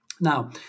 Now